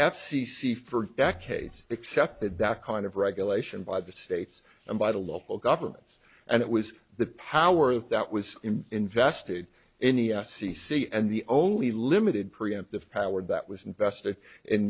c for decades accepted that kind of regulation by the states and by the local governments and it was the power of that was invested in the f c c and the only limited preemptive powered that was invested in